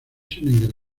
sin